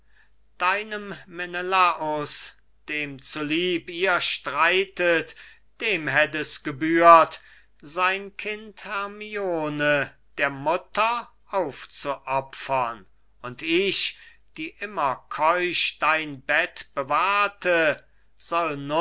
deinem menelaus dem zu lieb ihr streitet dem hätt es gebührt sein kind hermione der mutter aufzuopfern und ich die immer keusch dein bett bewahrte